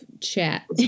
chat